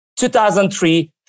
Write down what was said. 2003